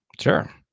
sure